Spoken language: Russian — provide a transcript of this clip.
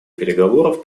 переговоров